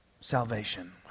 salvation